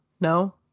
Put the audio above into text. No